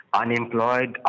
unemployed